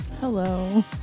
Hello